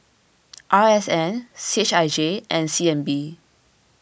R S N C H I J and C N B